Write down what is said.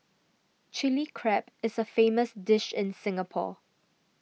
Chilli Crab is a famous dish in Singapore